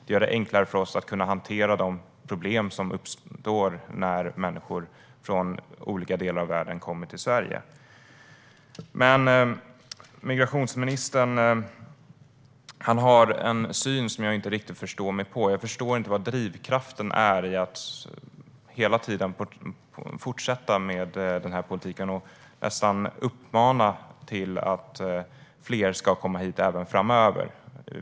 Det gör det enklare för oss att hantera de problem som uppstår när människor från olika delar av världen kommer till Sverige. Migrationsministern har en syn som jag inte riktigt förstår mig på. Jag förstår inte vad drivkraften är i att hela tiden fortsätta med denna politik och nästan uppmana till att fler ska komma hit även framöver.